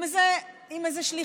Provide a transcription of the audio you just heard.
עם איזו שליחות,